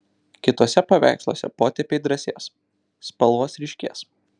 kituose paveiksluose potėpiai drąsės spalvos ryškės